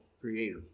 creator